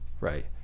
Right